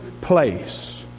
place